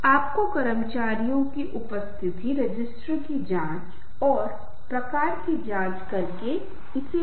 हम तकनीकीताओं में नहीं जाएंगे लेकिन हम केवल यह कहेंगे कि हालांकि केंद्रीय आवृत्ति समान है